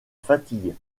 fatigue